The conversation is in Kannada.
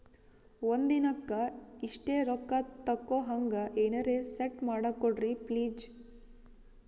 ಒಂದಿನಕ್ಕ ಇಷ್ಟೇ ರೊಕ್ಕ ತಕ್ಕೊಹಂಗ ಎನೆರೆ ಸೆಟ್ ಮಾಡಕೋಡ್ರಿ ಪ್ಲೀಜ್?